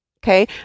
Okay